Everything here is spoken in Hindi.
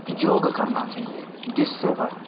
योग करना चाहिए जिससे वह